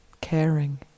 Caring